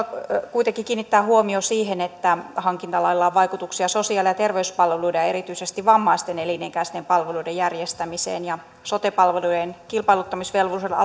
kuitenkin kiinnittää huomio siihen että hankintalailla on vaikutuksia sosiaali ja terveyspalveluiden ja erityisesti vammaisten elinikäisten palveluiden järjestämiseen ja sote palveluiden kilpailuttamisvelvollisuuden